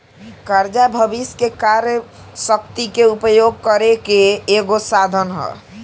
कर्जा भविष्य के कार्य शक्ति के उपयोग करे के एगो साधन ह